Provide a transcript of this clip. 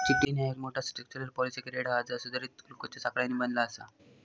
chitin ह्या एक मोठा, स्ट्रक्चरल पॉलिसेकेराइड हा जा सुधारित ग्लुकोजच्या साखळ्यांनी बनला आसा